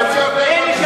אלה,